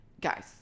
guys